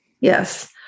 Yes